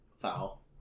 Foul